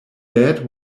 bad